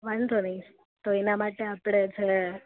વાંધો નહીં તો એના માટે આપણે જે